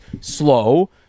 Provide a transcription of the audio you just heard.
slow